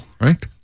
right